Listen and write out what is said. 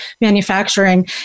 manufacturing